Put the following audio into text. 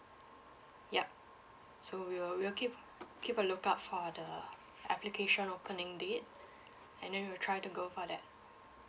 ya so we'll we'll keep keep a lookout for the application opening date and then we'll try to go for that